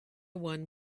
one